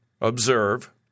observe